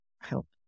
help